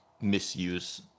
misuse